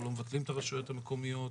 אנחנו לא מבטלים את הרשויות המקומיות,